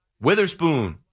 Witherspoon